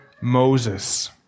Moses